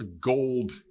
gold